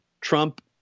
Trump